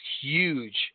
huge